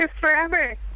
forever